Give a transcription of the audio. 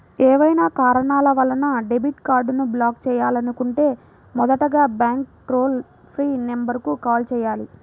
ఏవైనా కారణాల వలన డెబిట్ కార్డ్ని బ్లాక్ చేయాలనుకుంటే మొదటగా బ్యాంక్ టోల్ ఫ్రీ నెంబర్ కు కాల్ చేయాలి